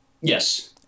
Yes